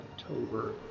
October